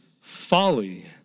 folly